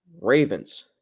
Ravens